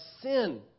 sin